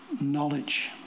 knowledge